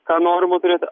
ką norima turėti